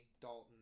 Dalton